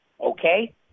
Okay